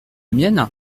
mienne